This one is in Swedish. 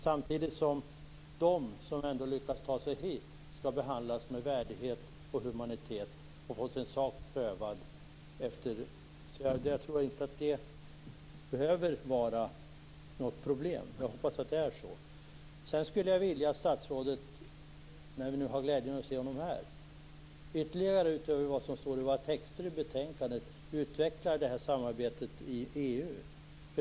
Samtidigt skall de som ändå lyckas ta sig hit behandlas med värdighet och humanitet och få sin sak prövad. Jag tror inte att detta behöver vara något problem. Jag hoppas att det är så. När vi nu har glädjen att se statsrådet här skulle jag vilja att han ytterligare, utöver det som står i betänkandet, utvecklar frågan om samarbetet i EU.